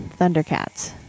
Thundercats